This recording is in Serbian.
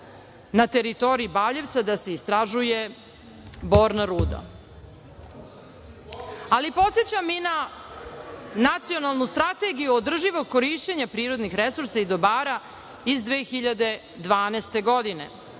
na teritoriji Baljevca da se istražuje borna ruda. Podsećam i Nacionalnu strategiju održivog korišćenja prirodnih resursa i dobara iz 2012. godine